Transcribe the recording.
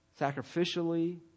sacrificially